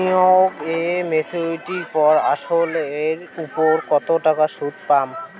বিনিয়োগ এ মেচুরিটির পর আসল এর উপর কতো টাকা সুদ পাম?